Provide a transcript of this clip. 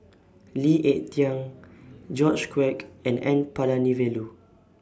Lee Ek Tieng George Quek and N Palanivelu